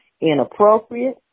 inappropriate